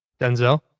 Denzel